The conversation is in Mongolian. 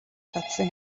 чадсан